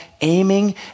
aiming